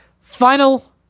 Final